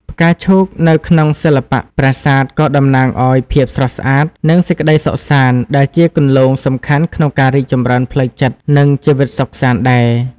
ផ្កាឈូកនៅក្នុងសិល្បៈប្រាសាទក៏តំណាងឲ្យ ភាពស្រស់ស្អាត និងសេចក្ដីសុខសាន្ត ដែលជាគន្លងសំខាន់ក្នុងការរីកចម្រើនផ្លូវចិត្ត និងជីវិតសុខសាន្តដែរ។